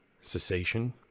cessation